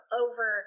over